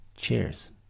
Cheers